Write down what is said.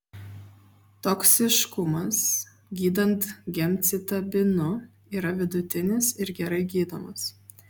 toksiškumas gydant gemcitabinu yra vidutinis ir gerai gydomas